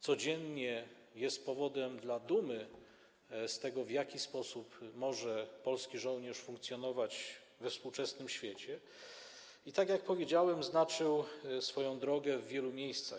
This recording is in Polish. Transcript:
Codziennie jest powodem do dumy z tego, w jaki sposób polski żołnierz może funkcjonować we współczesnym świecie, i tak jak powiedziałem, znaczył swoją drogę w wielu miejscach.